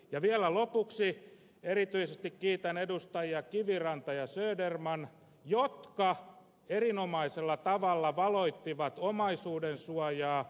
ja vielä lopuksi erityisesti kiitän edustajia kiviranta ja söderman jotka erinomaisella tavalla valloittivat omaisuuden suoja